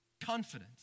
Confidence